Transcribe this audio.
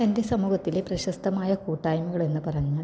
എൻ്റെ സമൂഹത്തിലെ പ്രശസ്തമായ കൂട്ടായ്മകളെന്ന് പറഞ്ഞാൽ